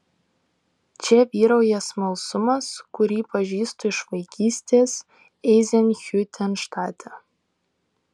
čia vyrauja smalsumas kurį pažįstu iš vaikystės eizenhiutenštate